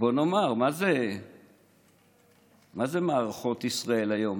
בואו נאמר, מה זה מערכות ישראל היום?